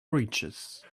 breeches